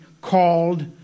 called